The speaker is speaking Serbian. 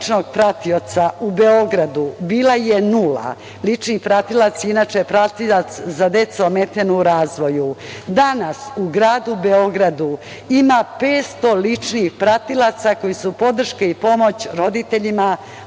pratioca u Beogradu